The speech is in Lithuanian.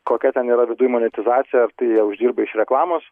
kokia ten yra viduj monetizacija ar tai jie uždirba iš reklamos